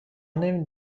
نمی